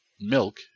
milk